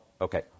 okay